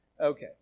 Okay